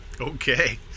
Okay